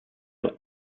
zur